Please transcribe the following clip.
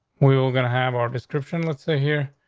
we're we're gonna have our description. let's see here.